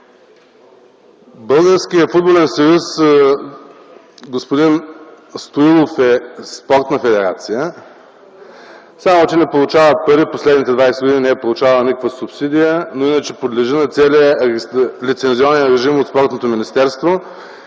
Българският футболен съюз, господин Стоилов, е спортна федерация, само че не получава пари. През последните 20 години не е получавала никаква субсидия. Иначе подлежи на целия лицензионен режим от спортното министерство.